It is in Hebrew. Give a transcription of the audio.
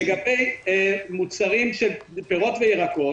לגבי מוצרים של פירות וירקות